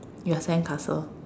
your sandcastle